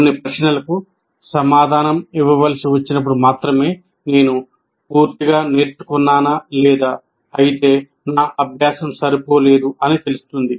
కొన్ని ప్రశ్నలకు సమాధానం ఇవ్వవలసి వచ్చినప్పుడు మాత్రమే నేను పూర్తిగా నేర్చుకున్నా నా లేదా అయితే నా అభ్యాసం సరిపోలేదు అని తెలుస్తుంది